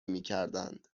میکردند